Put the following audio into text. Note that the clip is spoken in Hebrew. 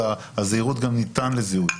אלא גם "ניתן לזיהוי".